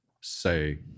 say